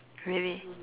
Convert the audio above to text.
really